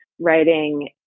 writing